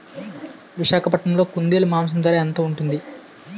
విశాఖపట్నంలో కుందేలు మాంసం ఎంత ధర ఉంటుంది?